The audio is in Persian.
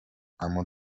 اما